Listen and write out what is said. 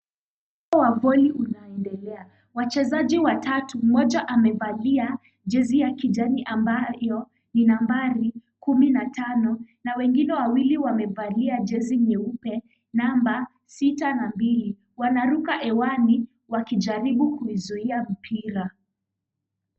Mchezo wa volibori unaendelea, wachezaji watatu mmoja amevalia jezi ya kijani ambayo ni nambari kumi na tano ,na wengine wawili wamevalia jezi nyeupe namba sita na mbili ,wanaruka hewani wakijaribu kuushika mpira.